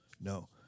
no